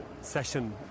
session